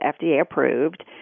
FDA-approved